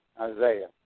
Isaiah